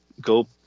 go